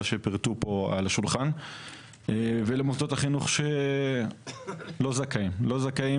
כפי שהוצגה פה ולמוסדות חינוך שלא זכאים לכך,